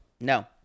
No